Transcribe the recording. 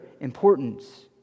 importance